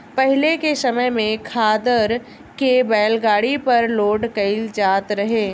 पाहिले के समय में खादर के बैलगाड़ी पर लोड कईल जात रहे